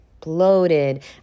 bloated